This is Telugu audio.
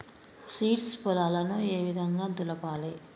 సీడ్స్ పొలాలను ఏ విధంగా దులపాలి?